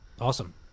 Awesome